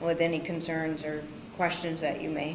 with any concerns or questions that you may